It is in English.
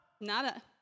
Nada